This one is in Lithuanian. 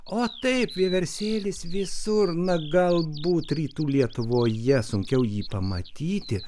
o taip vieversėlis visur na galbūt rytų lietuvoje sunkiau jį pamatyti